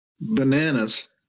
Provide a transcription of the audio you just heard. Bananas